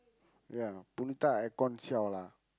ya Punitha aircon siao lah